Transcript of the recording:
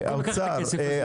האוצר,